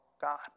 God